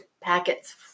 packets